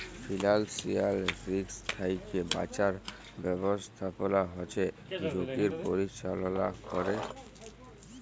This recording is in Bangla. ফিল্যালসিয়াল রিস্ক থ্যাইকে বাঁচার ব্যবস্থাপলা হছে ঝুঁকির পরিচাললা ক্যরে